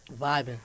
Vibing